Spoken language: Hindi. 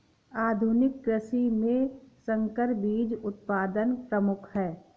आधुनिक कृषि में संकर बीज उत्पादन प्रमुख है